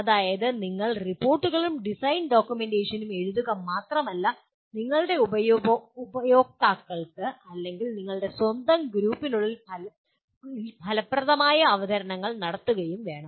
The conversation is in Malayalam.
അതായത് നിങ്ങൾ റിപ്പോർട്ടുകളും ഡിസൈൻ ഡോക്യുമെന്റേഷനും എഴുതുക മാത്രമല്ല നിങ്ങളുടെ ഉപയോക്താക്കൾക്ക് അല്ലെങ്കിൽ നിങ്ങളുടെ സ്വന്തം ഗ്രൂപ്പിനുള്ളിൽ ഫലപ്രദമായ അവതരണങ്ങൾ നടത്തുകയും വേണം